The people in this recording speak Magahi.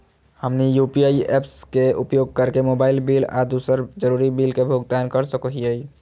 हमनी यू.पी.आई ऐप्स के उपयोग करके मोबाइल बिल आ दूसर जरुरी बिल के भुगतान कर सको हीयई